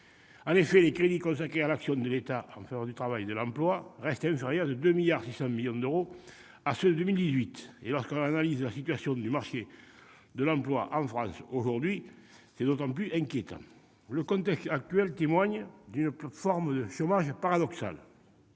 En effet, les crédits consacrés à l'action de l'État en faveur du travail et de l'emploi restent inférieurs de 2,6 milliards d'euros à ceux de 2018. Lorsque l'on analyse la situation du marché de l'emploi aujourd'hui en France, c'est d'autant plus inquiétant. Le contexte actuel témoigne d'une forme de chômage paradoxale.